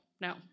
no